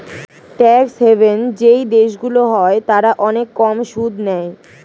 tax haven যেই দেশগুলো হয় তারা অনেক কম সুদ নেয়